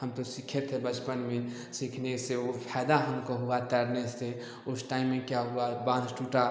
हम तो सीखे थे बचपन में सीखने से वो फायदा हमको हुआ तैरने से उस टाइम में क्या हुआ बाँध टूटा